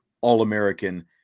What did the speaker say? All-American